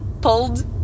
Pulled